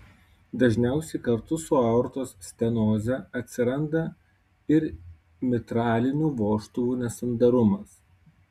dažniausiai kartu su aortos stenoze atsiranda ir mitralinių vožtuvų nesandarumas